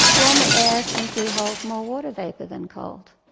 warmer air simply holds more water vapour than cold.